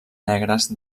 negres